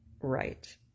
right